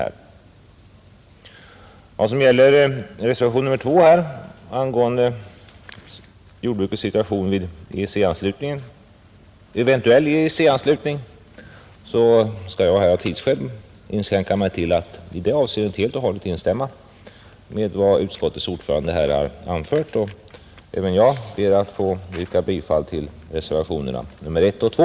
När det gäller reservation nr 2, angående jordbrukets situation vid en eventuell EEC-anslutning, skall jag av tidsskäl inskränka mig till att helt och hållet instämma i vad utskottets ordförande på den punkten anfört. Även jag ber att få yrka bifall till reservationerna 1 och 2.